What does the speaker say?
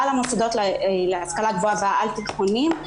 המוסדות להשכלה גבוהה והעל-תיכוניים,